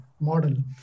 model